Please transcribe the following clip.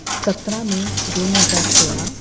सतरा मे दोन हजार सोळा